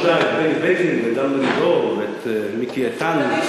משורותיה את בני בגין ואת דן מרידור ואת מיקי איתן,